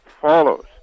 follows